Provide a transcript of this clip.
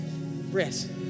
rest